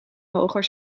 hoger